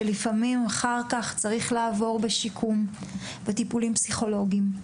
ולפעמים אחר כך הוא צריך לעבור שיקום וטיפולים פסיכולוגיים,